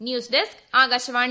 news desk Akashvani